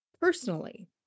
personally